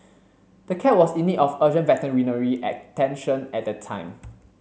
the cat was in need of urgent veterinary attention at the time